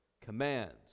commands